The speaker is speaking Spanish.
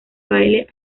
baile